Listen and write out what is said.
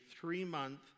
three-month